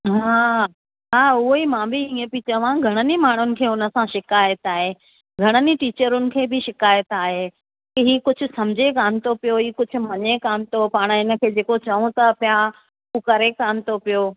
हा हा उहेई मां बि ईअं पई चवां घणण ई माण्हूनि खे उन सां शिकाइत आहे घणण ई टीचरुनि खे बि शिकाइत आहे के हीअ कुझु सम्झे कोन्ह थो पियो हआ कुझु मञे कोन्ह थो पाण हिन खे कुझु चऊं था हू करे कोन्ह थो पियो